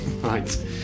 right